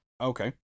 Okay